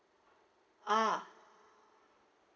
ah